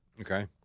Okay